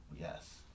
Yes